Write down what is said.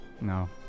no